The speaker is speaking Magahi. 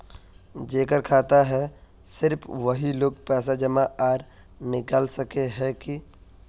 जेकर खाता है सिर्फ वही लोग पैसा जमा आर निकाल सके है की?